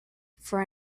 for